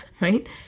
right